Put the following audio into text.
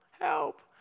help